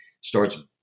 starts